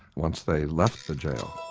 once they left the goal.